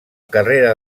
carrera